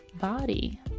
body